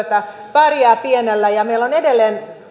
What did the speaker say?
pärjää pienellä meillä on edelleen